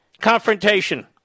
confrontation